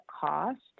cost